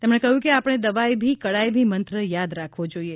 તેમણે કહ્યું કે આપણે દવાઇ ભી કડાઇ ભી મંત્ર યાદ રાખવો જોઈએ